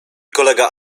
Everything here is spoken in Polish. kolega